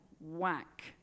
whack